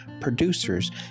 producers